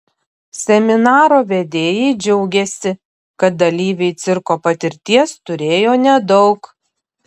seminaro vedėjai džiaugėsi kad dalyviai cirko patirties turėjo nedaug